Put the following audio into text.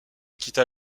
quitta